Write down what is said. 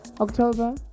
october